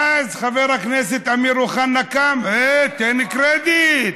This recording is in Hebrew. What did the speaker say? ואז, חבר הכנסת אמיר אוחנה קם: הי, תן לי קרדיט,